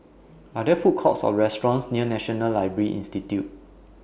Are There Food Courts Or restaurants near National Library Institute